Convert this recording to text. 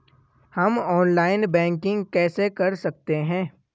हम online banking कैसे कर सकते हैं?